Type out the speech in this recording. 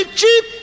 cheap